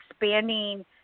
expanding